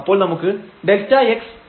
അപ്പോൾ നമുക്ക് ΔxIΔxI എന്ന് ലഭിക്കും